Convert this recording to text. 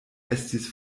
estis